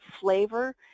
flavor